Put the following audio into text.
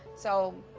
so